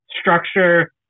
structure